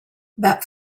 that